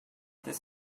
this